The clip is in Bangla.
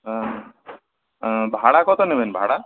হ্যাঁ ভাড়া কত নেবেন ভাড়া